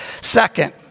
Second